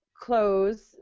close